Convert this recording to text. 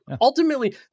Ultimately